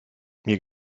mir